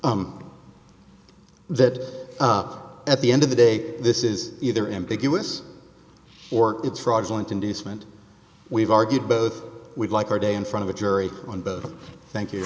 n that at the end of the day this is either ambiguous or it's fraudulent inducement we've argued both we'd like our day in front of a jury on both thank you